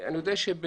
אני יודע שבנגב,